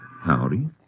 Howdy